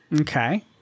Okay